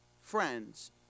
friends